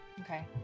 Okay